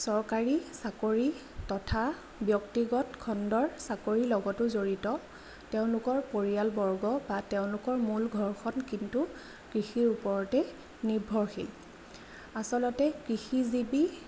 চৰকাৰী চাকৰি তথা ব্যক্তিগত খণ্ডৰ চাকৰিৰ লগতো জড়িত তেওঁলোকৰ পৰিয়ালবৰ্গ বা তেওঁলোকৰ মূল ঘৰখন কিন্তু কৃষিৰ ওপৰতেই নিৰ্ভৰশীল আচলতে কৃষিজীৱি